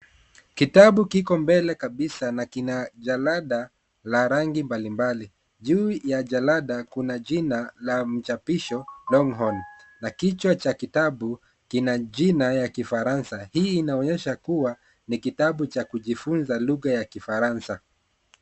Kitabu kiko mbele kabisa na kina jalada la rangi mbalimbali. Juu ya jalada kuna jina la mchapisho longhorn, na kichwa cha kitabu kina jina ya kifaranza. Hii inaonyesha kuwa ni kitabu cha kujifunza lugha ya kifaranza.